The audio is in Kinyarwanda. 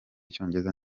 icyongereza